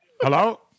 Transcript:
Hello